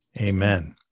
Amen